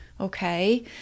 okay